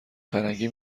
فرنگی